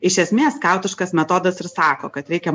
iš esmė skautiškas metodas ir sako kad reikia